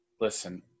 Listen